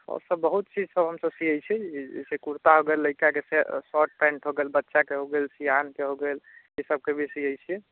ओसब बहुत चीजसब हम सब सिए छी जइसे कुर्ता भेल लड़काके शर्ट पैन्ट भऽ गेल बच्चाके हो गेल सिआनके हो गेल ई सबके भी सिए छिए